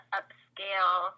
upscale